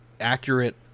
accurate